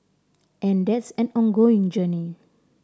and that's an ongoing journey